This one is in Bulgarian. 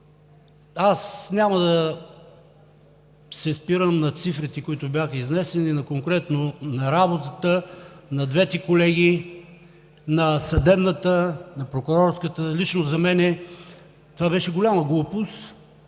Аз няма да се спирам на цифрите, които бяха изнесени. Конкретно на работата на двете колегии – на Съдебната и на Прокурорската. Лично за мен беше голяма глупост